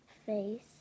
face